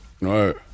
right